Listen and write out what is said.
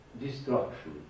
destruction